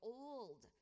old